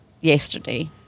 yesterday